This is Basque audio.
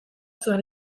zuen